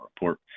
report